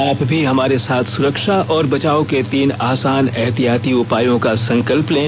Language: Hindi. आप भी हमारे साथ सुरक्षा और बचाव के तीन आसान एहतियाती उपायों का संकल्प लें